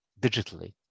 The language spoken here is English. digitally